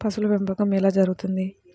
పశువుల పెంపకం ఎలా జరుగుతుంది?